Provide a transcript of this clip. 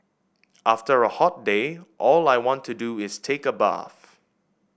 after a hot day all I want to do is take a bath